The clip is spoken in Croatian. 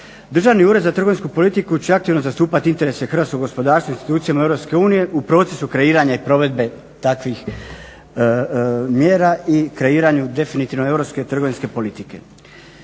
Državni ured za trgovinsku politiku će aktivno zastupati interese hrvatskog gospodarstva u institucijama EU u procesu kreiranja i provedbe takvih mjera i kreiranju definitivno europske trgovinske politike.